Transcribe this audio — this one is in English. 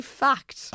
fact